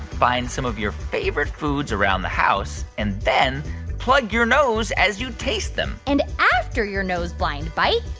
find some of your favorite foods around the house, and then plug your nose as you taste them and after your nose-blind bite,